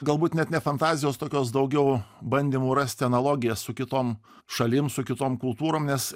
galbūt net ne fantazijos tokios daugiau bandymų rasti analogijas su kitom šalim su kitom kultūromis